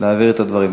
להעביר את הדברים.